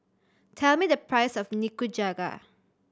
tell me the price of Nikujaga